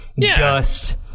dust